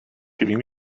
giving